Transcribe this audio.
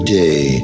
day